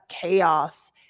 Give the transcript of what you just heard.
chaos